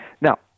Now